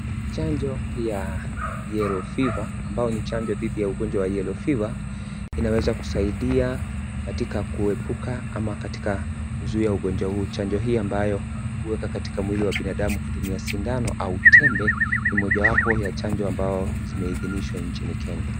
Chanjo Ya yellow fever, ambayo ni chanjo dhidi ya ugonjwa wa yellow fever inaweza kusaidia katika kuepuka ama katika kuzuia ugonjwa huu. Chanjo hii ambayo huwekwa katika mwili wa binadamu kutumia sindano au tembe, ni mojawapo ya chanjo ambazo zimeidhinishwa nchini Kenya